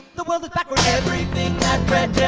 the world is backwards everything that fred yeah